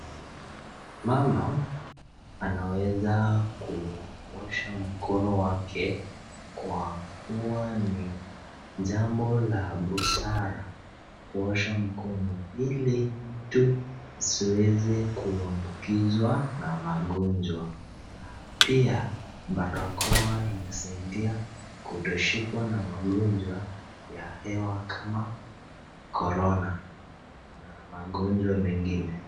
Mama anaweza kuosha mkono wake kwakua ni jambo la busara kuosha mkono ili mtu asiweze kuambukizwa na magojwa na pia barakoa inasaidia kutoshikwa na magojwa ya hewa kama korona na magojwa mengine.